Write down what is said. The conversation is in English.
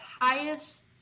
highest